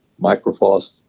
Microfoss